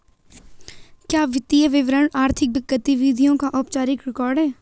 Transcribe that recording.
क्या वित्तीय विवरण आर्थिक गतिविधियों का औपचारिक रिकॉर्ड है?